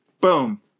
Boom